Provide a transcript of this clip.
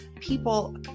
people